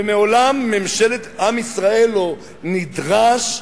ומעולם עם ישראל לא נדרש,